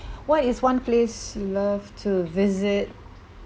what is one place you love to visit